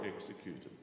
executed